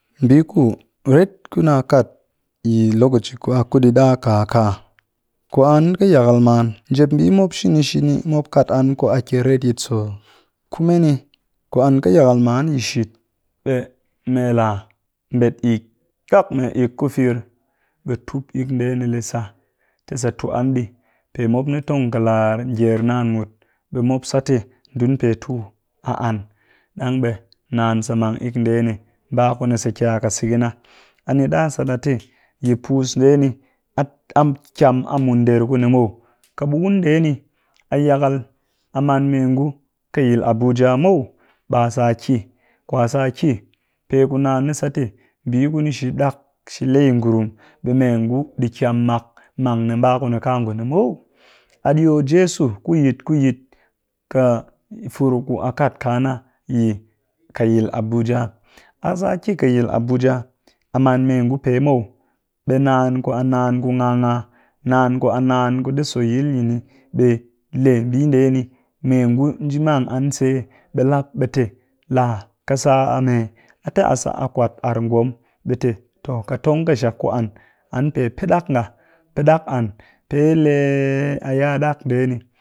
Mbii kuret ku na kaat yi locaci ku a kuɗi ɗa ka a ka, kwan ƙɨ yakal man njep mbii mop shini shini mop kaat an ku a kyel retyi so. kume ni ku an ka yakal man shiit ɓe mee laa bet ik ngak mee ik ku fir ɓe tup ik ndee ni le sa tu an ɗii pe mop ni tong ƙɨ lar ger naan mut ɓe mop sat te dun tu tuu a an ɗang ɓe naan sa mang ik ndee ni ba ku ni sa ki a ƙɨ sigi na a ni ɗa te yi puus ndee ni a kyam a mun nder kuni muw, ƙɨ ɓukun ndee ni a yakal a man mee ngu ƙɨ yil abuja muw ɓa saki, ku a sa a ki, pe ku naan sat te mbii ku ni shi ɗak shi lee yi ngurum ɓe mee ngu ɗik yam mak mang ni mba kuni muw. A ɗiyo jeso ku yit ku yit ka yi fur ku a kat kaa na ƙɨ yil abuja. A sa a ki abuja a man mee ngu pee muw ɓe naan ku a naan ku ngaa ngaa, naan ku a naan ku ɗi so yil yini, ɓe lee mbii ndee ni mee ngu nji mang an se ɓe lap ɓe te "laa ka sa a mee?” A te a sa a kwaat ar ngom ɓe te to ƙɨ tong ƙɨshak ku an, an pepɨɗak nga pɨ ɗak an pee lee a ya ɗak ndee ni.